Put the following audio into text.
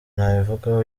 nabivugaho